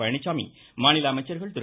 பழனிசாமி மாநில அமைச்சர்கள் திரு